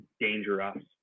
dangerous